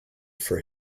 for